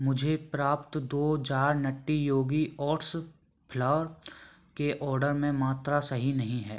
मुझे प्राप्त दो jar Nutty Yogi oats flour के ऑर्डर में मात्रा सही नहीं है